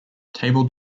table